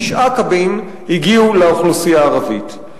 תשעה קבין הגיעו לאוכלוסייה הערבית,